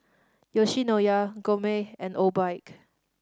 Yoshinoya Gourmet and Obike